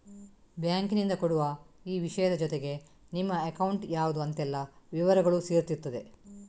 ಬ್ಯಾಂಕಿನಿಂದ ಕೊಡುವ ಈ ವಿಷಯದ ಜೊತೆಗೆ ನಿಮ್ಮ ಅಕೌಂಟ್ ಯಾವ್ದು ಅಂತೆಲ್ಲ ವಿವರಗಳೂ ಸೇರಿರ್ತದೆ